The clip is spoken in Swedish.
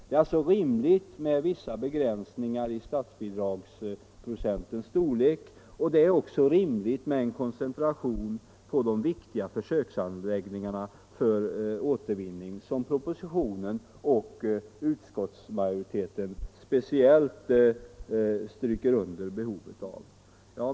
Det är alltså rimligt med vissa begränsningar i statsbidragsprocentens storlek och det är också rimligt med en koncentration på de viktiga försöksanläggningarna för återvinning, som propositionen och utskottsmajoriteten speciellt stryker under behovet av.